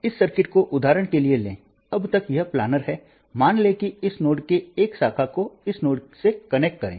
लेकिन इस सर्किट को उदाहरण के लिए लें अब तक यह प्लानर है मान लें कि इस नोड से एक शाखा को इस नोड से कनेक्ट करें